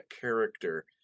character